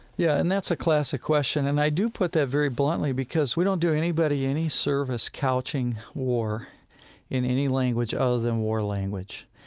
yeah, and that's a classic question. and i do put that very bluntly because we don't do anybody any service couching war in any language other than war language.